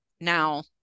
Now